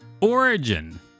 Origin